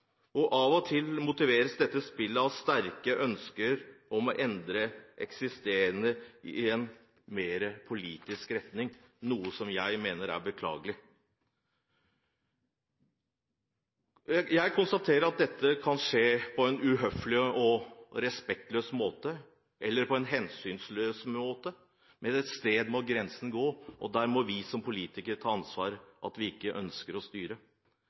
og av og til motiveres dette spillet av sterke ønsker om å endre det eksisterende i en mer politisk retning, noe jeg mener er beklagelig. Jeg konstaterer at dette kan skje på en uhøflig, respektløs og hensynsløs måte. Men et sted må grensen gå, og der må vi som politikere ta ansvar og si at vi ikke ønsker å styre.